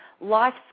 life